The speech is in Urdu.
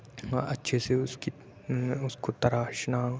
اور اچھے سے اس کی اس کو تراشنا